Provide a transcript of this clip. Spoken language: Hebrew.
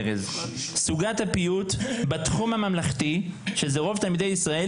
ארז סוגת הפיוט בתחום הממלכתי שזה רוב תלמידי ישראל